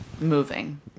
moving